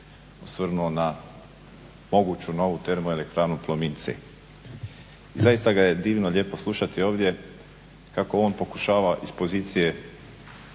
osvrnuo na moguću novu TE Plomin C. Zaista ga je divno, lijepo slušati ovdje kako on pokušava iz pozicije